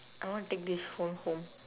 I want take this phone home